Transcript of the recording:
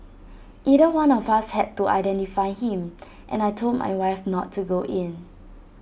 either one of us had to identify him and I Told my wife not to go in